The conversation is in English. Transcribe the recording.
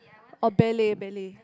or ballet ballet